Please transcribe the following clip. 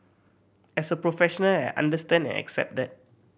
as a professional I understand and accept that